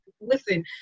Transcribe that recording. listen